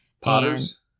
potters